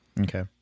Okay